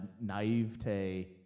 naivete